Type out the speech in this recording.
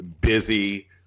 busy